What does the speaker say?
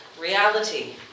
reality